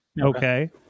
Okay